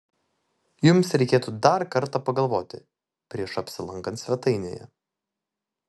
jums reikėtų dar kartą pagalvoti prieš apsilankant svetainėje